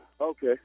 Okay